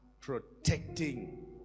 protecting